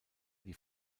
die